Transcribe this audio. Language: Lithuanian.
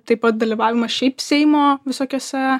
taip pat dalyvavimas šiaip seimo visokiuose